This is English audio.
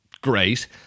Great